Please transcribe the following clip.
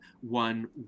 one